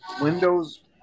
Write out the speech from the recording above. windows